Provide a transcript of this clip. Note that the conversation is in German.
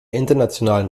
internationalen